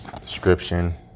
description